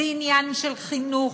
זה עניין של חינוך,